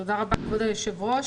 תודה רבה, כבוד היושב-ראש,